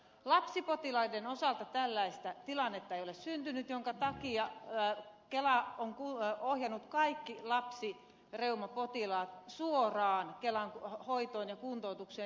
lapsipotilaiden osalta tällaista tilannetta ei ole syntynyt minkä takia kela on ohjannut kaikki lapsireumapotilaat suoraan kelan hoitoon ja kuntoutukseen